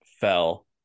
fell